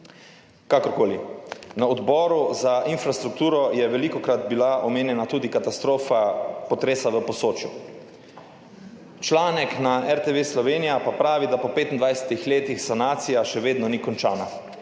kakorkoli. Na Odboru za infrastrukturo je velikokrat bila omenjena tudi katastrofa potresa v Posočju. Članek na RTV Slovenija pa pravi, da po 25 letih sanacija še vedno ni končana